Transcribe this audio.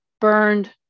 burned